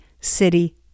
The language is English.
city